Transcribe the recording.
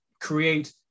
create